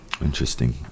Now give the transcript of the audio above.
Interesting